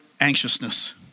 anxiousness